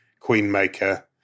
queenmaker